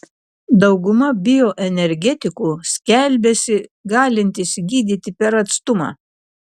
dauguma bioenergetikų skelbiasi galintys gydyti per atstumą